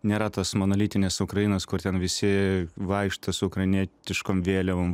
nėra tos monolitinės ukrainos kur ten visi vaikšto su ukrainietiškom vėliavom